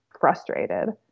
frustrated